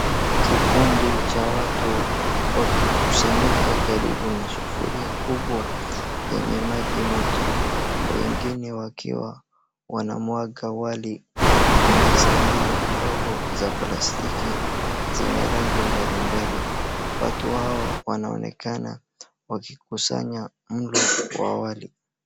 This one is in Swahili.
Kikundi cha watu wakikusanyika karibu na sufuria kubwa yenye maji moto, na wengine wakiwa wanamwaga wali kwenye sahani ndogo za plastiki zenye rangi mbalimbali, watu hao wanaonekana wakikusanya mlo kwa wali.